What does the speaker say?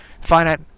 finite